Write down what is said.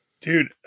Dude